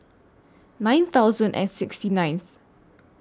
nine thousand and sixty ninth